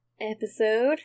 episode